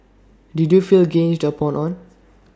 did you feel ganged up on